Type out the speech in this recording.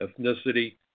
ethnicity